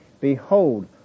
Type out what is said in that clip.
Behold